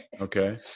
okay